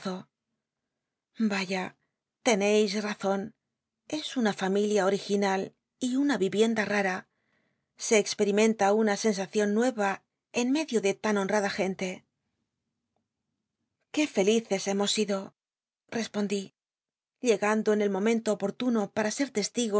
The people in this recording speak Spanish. l t zon es una familia oiginal y una yiyienda rara e expet'imenta una sensacion nueya en medio de tan honrada gente qué felices hemos sido i'cspondi llegando en el momento opotuno para ser